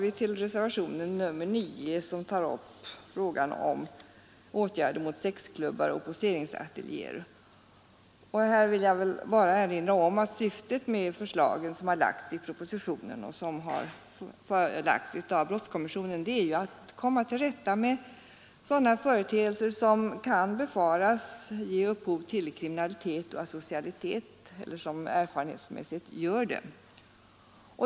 I reservationen 9 behandlas frågan om åtgärder mot sexklubbar och poseringsateljéer. Låt mig här bara erinra om att syftet med de förslag som framlagts i propositionen och av brottskommissionen är att komma till rätta med sådana företeelser som kan befaras ge upphov till kriminalitet och asocialitet eller som erfarenhetsmässigt gör det.